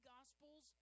Gospels